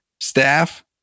Staff